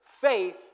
Faith